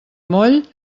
moll